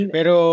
Pero